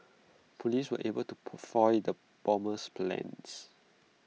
Police were able to foil the bomber's plans